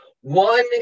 One